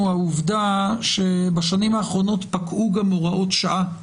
העובדה שבשנים האחרונות פקעו גם הוראות שעה,